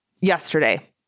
yesterday